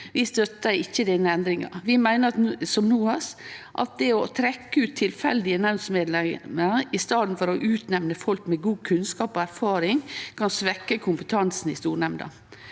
Vi støttar ikkje denne endringa. Vi meiner, som NOAS, at det å trekkje ut tilfeldige nemndmedlemer i staden for å utnemne folk med god kunnskap og erfaring kan svekkje kompetansen i stornemnda.